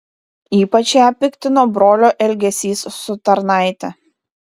ypač ją piktino brolio elgesys su tarnaite